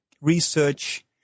research